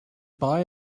buy